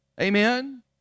Amen